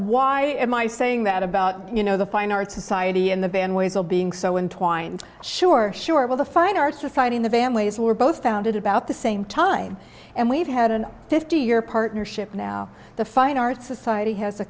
why am i saying that about you know the fine art society and the band ways of being so in twined sure sure of all the fine arts of fighting the families were both founded about the same time and we've had an fifty year partnership now the fine art society has a